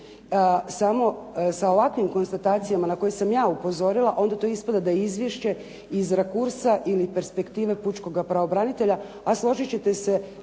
Samo sa ovakvim konstatacijama na koje sam ja upozorila, onda to ispada da izvješće iz rakursa ili perspektive pučkoga pravobranitelja. A složit ćete se